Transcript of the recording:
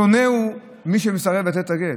שונה הוא מי שמסרב לתת את הגט.